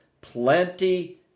plenty